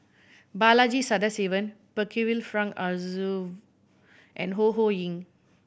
Balaji Sadasivan Percival Frank Aroozoo and Ho Ho Ying